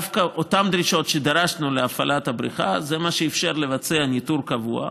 דווקא אותן דרישות שדרשנו להפעלת הבריכה הן מה שאפשרו לבצע ניטור קבוע.